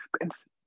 expensive